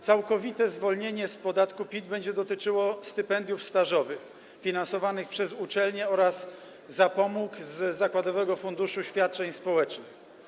Całkowite zwolnienie z podatku PIT będzie dotyczyło stypendiów stażowych finansowanych przez uczelnie oraz zapomóg z zakładowego funduszu świadczeń społecznych.